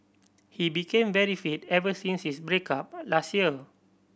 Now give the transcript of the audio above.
he became very fit ever since his break up last year